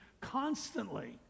constantly